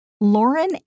Lauren